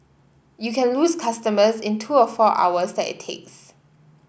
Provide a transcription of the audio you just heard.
you can lose customers in the two or four hours that it takes